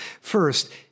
First